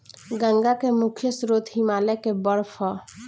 गंगा के मुख्य स्रोत हिमालय के बर्फ ह